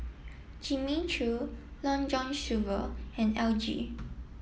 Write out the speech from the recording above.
Jimmy Choo Long John Silver and L G